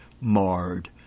marred